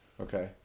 Okay